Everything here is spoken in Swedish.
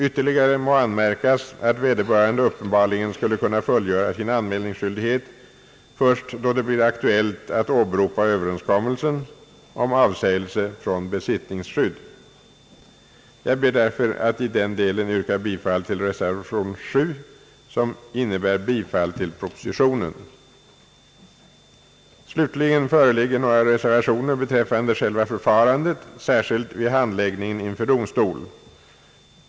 Ytterligare må anmärkas att vederbörande uppenbarligen skulle kunna fullgöra sin anmälningsskyldighet först då det blir aktuellt att åberopa överenskommelsen om avsägelse från besittningsskydd. Jag ber därför att i denna del få yrka bifall till reservation VII, som innebär bifall till propositionen. Slutligen föreligger några reservationer beträffande själva förfarandet, särskilt vid handläggning inför domstol.